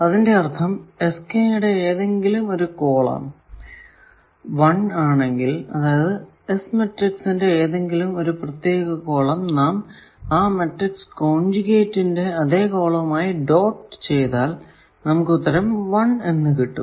അതിന്റെ അർഥം യുടെ ഏതെങ്കിലും ഒരു കോളം 1 ആണെങ്കിൽ അതായതു S മാട്രിക്സിന്റെ ഏതെങ്കിലും ഒരു പ്രത്യേക കോളം നാം ആ മാട്രിക്സ് കോൺജുഗേറ്റിന്റെ അതെ കോളവുമായി ഡോട്ട് ചെയ്താൽ നമുക്ക് ഉത്തരം 1 എന്ന് ലഭിക്കും